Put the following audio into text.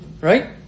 Right